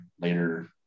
later